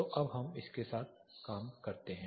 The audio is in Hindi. तो अब हम इसके साथ काम करते हैं